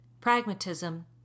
pragmatism